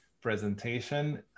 presentation